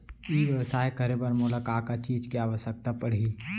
ई व्यवसाय करे बर मोला का का चीज के आवश्यकता परही?